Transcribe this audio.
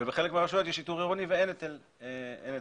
עירוני ואין היטל שמירה.